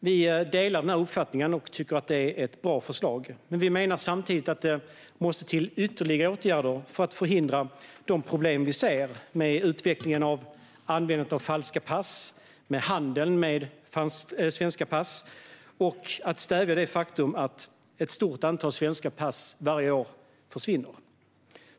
Vi delar denna uppfattning och tycker att det är ett bra förslag, men vi menar samtidigt att det måste till ytterligare åtgärder för att förhindra de problem vi ser med utvecklingen av användningen av falska pass och handel med svenska pass. Vi måste stävja det faktum att ett stort antal svenska pass försvinner.